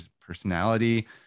personality